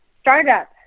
startup